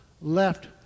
left